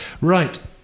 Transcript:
Right